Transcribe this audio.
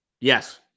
yes